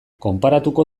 konparatuko